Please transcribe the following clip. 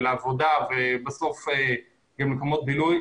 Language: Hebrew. לעבודה ולמקומות בילוי,